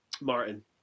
Martin